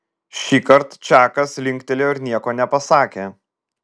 šįkart čakas linktelėjo ir nieko nepasakė